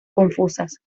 confusas